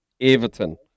Everton